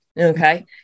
Okay